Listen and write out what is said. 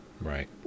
Right